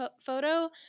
photo